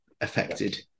affected